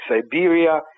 Siberia